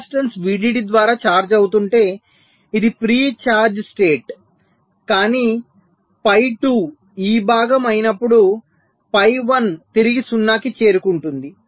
capacitance VDD ద్వారా charge అవుతుంటే ఇది ప్రీ ఛార్జ్ స్టేట్ కానీ ఫై 2 ఈ భాగం అయినప్పుడు ఫై 1 తిరిగి 0 కి చేరుకుంటుంది